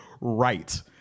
right